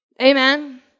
Amen